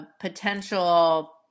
potential